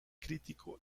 crítico